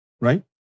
right